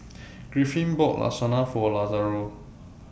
Griffin bought Lasagna For Lazaro